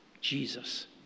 Jesus